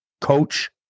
coach